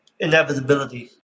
inevitability